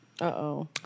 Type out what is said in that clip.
Uh-oh